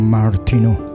Martino